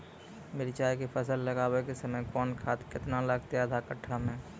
मिरचाय के फसल लगाबै के समय कौन खाद केतना लागतै आधा कट्ठा मे?